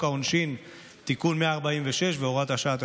העונשין (תיקון מס׳ 146 והוראת שעה),